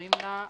ערים לה.